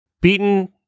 Beaten